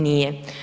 Nije.